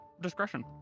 discretion